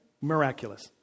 Miraculous